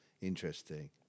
interesting